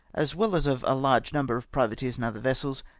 as well as of a large number of privateers and other vessels,